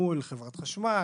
מול חברת החשמל,